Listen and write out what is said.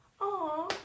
Aw